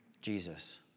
Jesus